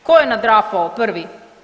Tko je nadrapao prvi?